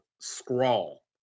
Scrawl